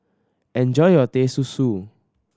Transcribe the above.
enjoy your Teh Susu